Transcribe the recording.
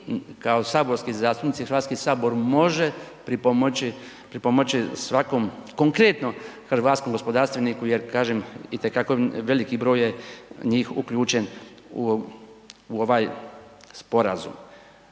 kao saborski zastupnici i Hrvatski sabor, može pripomoći, pripomoći svakom konkretno hrvatskom gospodarstveniku jer kažem itekako veliki broj je njih uključen u ovaj sporazum.